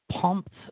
Pumped